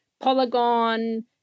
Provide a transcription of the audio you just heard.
Polygon